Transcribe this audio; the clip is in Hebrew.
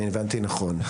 אם אני הבנתי נכון,